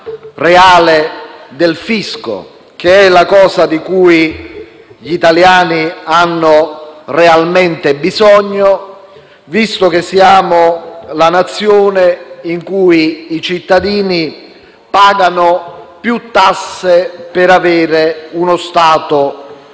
reale del fisco, che è la cosa di cui gli italiani hanno realmente bisogno, visto che siamo il Paese in cui i cittadini pagano più tasse per avere uno Stato